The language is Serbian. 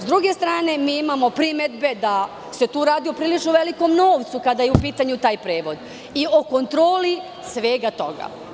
Sa druge strane, mi imamo primedbe da se tu radi o prilično velikom novcu kada je u pitanju taj prevod i o kontroli svega toga.